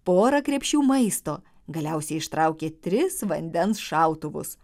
porą krepšių maisto galiausiai ištraukė tris vandens šautuvus